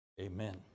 Amen